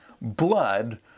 Blood